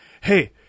Hey